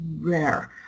rare